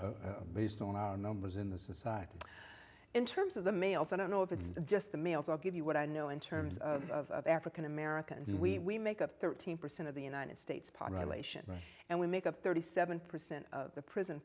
pentateuch based on numbers in the society in terms of the males i don't know if it's just the males i'll give you what i know in terms of african americans we make up thirteen percent of the united states population and we make up thirty seven percent of the prison